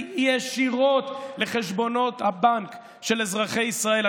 ישירות לחשבונות הבנק של אזרחי ישראל.